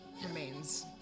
remains